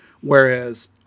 Whereas